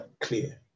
clear